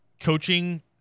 coaching